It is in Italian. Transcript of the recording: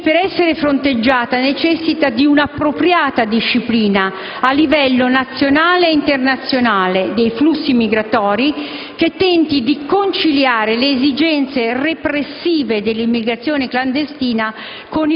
che, per essere fronteggiato, necessita di un'appropriata disciplina, a livello nazionale ed internazionale, dei flussi migratori che tenti di conciliare le esigenze repressive dell'immigrazione clandestina